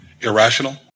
irrational